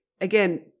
again